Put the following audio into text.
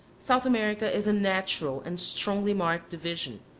south america is a natural and strongly-marked division,